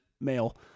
male